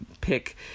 pick